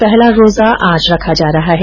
पहला रोजा आज रखा जा रहा है